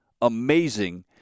amazing